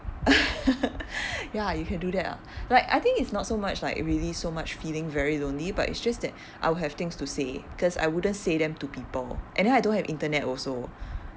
ya you can do that ah like I think it's not so much like really so much feeling very lonely but it's just that I will have things to say cause I wouldn't say them to people and then I don't have internet also